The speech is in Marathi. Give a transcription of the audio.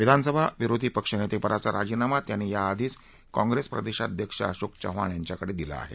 विधानसभा विरोधी पक्षनेतेपदाचा राजीनामा त्यांनी याआधीच काँग्रेसप्रदेशाध्यक्ष अशोक चव्हाण यांच्याकडे दिला आहे